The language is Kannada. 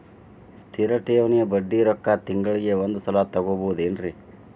ಸ್ಥಿರ ಠೇವಣಿಯ ಬಡ್ಡಿ ರೊಕ್ಕ ತಿಂಗಳಿಗೆ ಒಂದು ಸಲ ತಗೊಬಹುದೆನ್ರಿ?